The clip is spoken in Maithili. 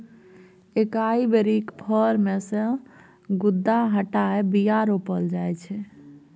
एकाइ बेरीक फर मे सँ गुद्दा हटाए बीया रोपल जाइ छै